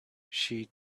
she